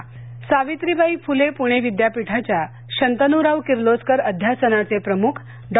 नेमण्क सावित्रीबाई फुलेपूणे विद्यापीठाच्या शंतनुराव किर्लोस्कर अध्यासनाचे प्रमुख डॉ